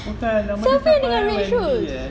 siapa yang dengan red shoes